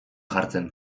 jartzen